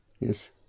yes